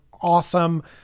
awesome